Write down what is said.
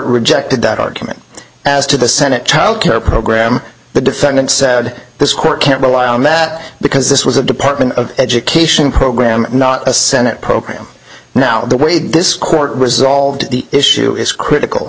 rejected that argument as to the senate child care program the defendant said this court can't rely on that because this was a department of education program not a senate program now the way this court resolved the issue is critical